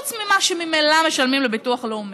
חוץ ממה שממילא משלמים לביטוח לאומי,